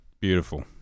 beautiful